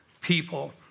people